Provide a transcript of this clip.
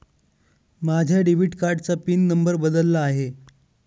माझ्या डेबिट कार्डाचा PIN number बदलला आहे